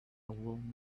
would